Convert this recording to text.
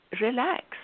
relax